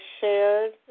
shared